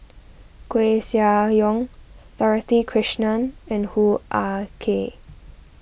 Koeh Sia Yong Dorothy Krishnan and Hoo Ah Kay